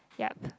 yup